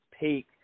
peak